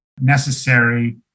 necessary